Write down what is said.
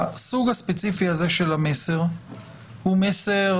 הסוג הספציפי הזה של המסר הוא מסר